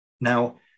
Now